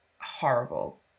horrible